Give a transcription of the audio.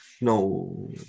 No